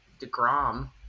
DeGrom